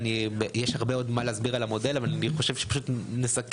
יש עוד הרבה מה להסביר על המודל אבל אני חושב שפשוט נסכם,